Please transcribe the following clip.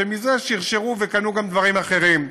ומזה הם שרשרו וקנו גם דברים אחרים.